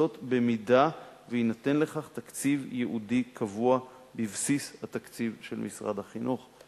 זאת במידה שיינתן לכך תקציב ייעודי קבוע בבסיס התקציב של משרד החינוך.